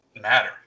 matter